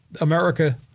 America